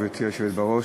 גברתי היושבת בראש,